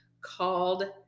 called